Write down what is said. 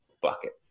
bucket